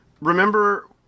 remember